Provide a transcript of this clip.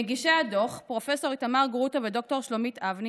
מגישי הדוח פרופ' איתמר גרוטו וד"ר שלומית אבני